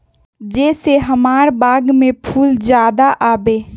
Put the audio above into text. जे से हमार बाग में फुल ज्यादा आवे?